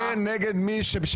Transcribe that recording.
אני יוצא נגד מי,